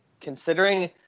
Considering